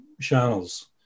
channels